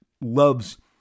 loves